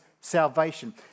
salvation